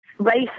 race